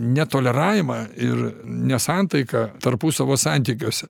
netoleravimą ir nesantaiką tarpusavo santykiuose